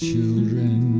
children